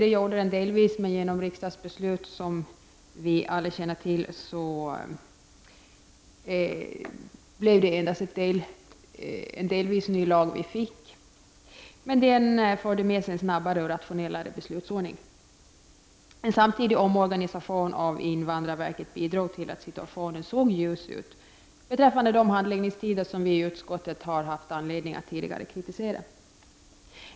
Så skedde också till en del, men genom det riksdagsbeslut som vi alla känner till fick vi endast en delvis ny lag, som ändå förde med sig en snabbare och rationellare beslutsordning. En samtidig omorganisation av invandrarverket bidrog till att situationen såg ljus ut beträffande de handläggningstider som vi i utskottet har haft anledning att tidigare kritisera.